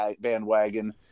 bandwagon